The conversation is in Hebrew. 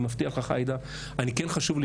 אני מבטיח לך עאידה, כן חשוב לי